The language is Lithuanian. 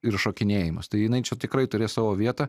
ir šokinėjimus tai jinai čia tikrai turės savo vietą